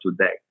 today